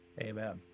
Amen